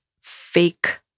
fake